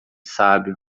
sábio